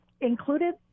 included